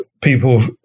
people